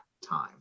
time